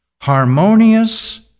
harmonious